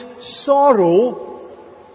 sorrow